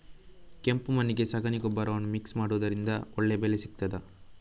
ಕೆಂಪು ಮಣ್ಣಿಗೆ ಸಗಣಿ ಗೊಬ್ಬರವನ್ನು ಮಿಕ್ಸ್ ಮಾಡುವುದರಿಂದ ಒಳ್ಳೆ ಬೆಳೆ ಸಿಗುತ್ತದಾ?